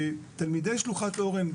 תלמידי שלוחת אורן,